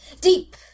Deep